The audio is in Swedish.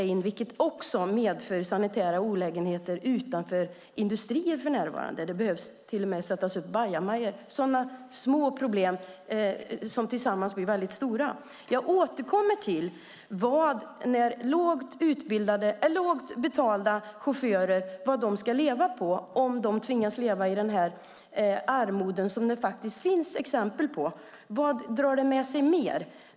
Det medför också sanitära olägenheter utanför industrierna. Det behöver till och med sättas upp bajamajor. Sådana små problem blir tillsammans stora. Jag återkommer till frågan om vad lågt betalda chaufförer ska leva på när de tvingas leva i armod, som det faktiskt finns exempel på. Vad mer drar detta med sig?